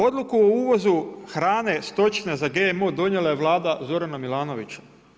Odluku o uvozu hrane stočne za GMO donijela je Vlada Zorana Milanovića.